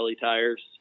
Tires